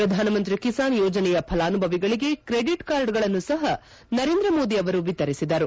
ಪ್ರಧಾನಮಂತ್ರಿ ಕಿಸಾನ್ ಯೋಜನೆಯ ಫಲಾನುಭವಿಗಳಿಗೆ ಕ್ರೆಡಿಟ್ ಕಾರ್ಡ್ಗಳನ್ನು ಸಪ ನರೇಂದ್ರ ಮೋದಿ ಅವರು ವಿತರಿಸಿದರು